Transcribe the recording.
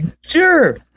Sure